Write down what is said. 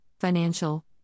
financial